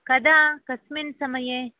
कदा कस्मिन् समये